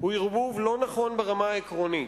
הוא ערבוב לא נכון ברמה העקרונית,